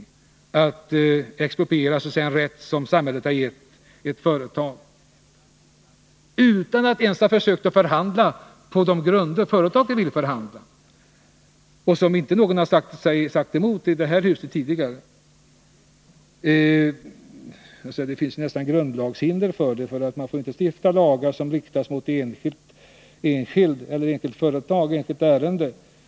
Vi skulle så att säga expropriera en rätt som samhället har gett ett företag, utan att ens ha försökt att förhandla på de grunder som företaget vill förhandla på. Det föreligger dessutom närmast grundlagshinder för det här, för man får inte Nr 27 stifta lagar som riktas mot enskild person eller enskilt företag eller som berör Onsdagen den enskilt ärende.